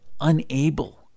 unable